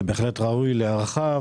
זה בהחלט ראוי להערכה,